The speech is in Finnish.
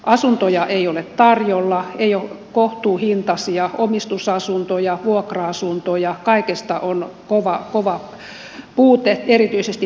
asuntoja ei ole tarjolla ei ole kohtuuhintaisia omistusasuntoja vuokra asuntoja kaikesta on kova puute erityisesti pääkaupunkiseudulla